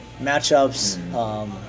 matchups